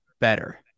better